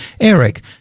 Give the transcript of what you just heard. Eric